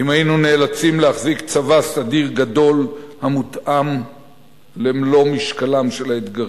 אם היינו נאלצים להחזיק צבא סדיר גדול המותאם למלוא משקלם של האתגרים.